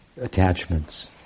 attachments